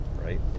right